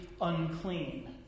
unclean